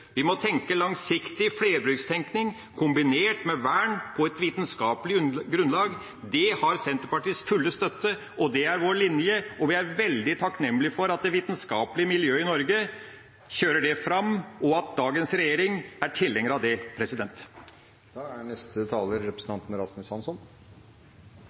Vi må tenke langsiktig, flerbrukstenkning kombinert med vern og et vitenskapelig grunnlag har Senterpartiets fulle støtte, og det er vår linje. Vi er veldig takknemlige for at det vitenskapelige miljøet i Norge kjører det fram og at dagens regjering er tilhenger av det. Her i landet verner vi stabbur fordi de er